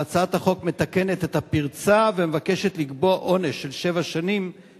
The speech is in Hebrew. והצעת החוק מתקנת את הפרצה ומבקשת לקבוע עונש של שבע שנות